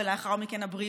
לאחר מכן הבריאות,